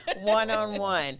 one-on-one